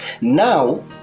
Now